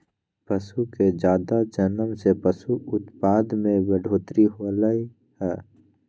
पशु के जादा जनम से पशु उत्पाद में बढ़ोतरी होलई ह